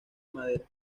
madera